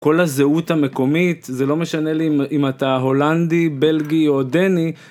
כל הזהות המקומית זה לא משנה אם אתה הולנדי בלגי או דני.